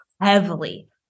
heavily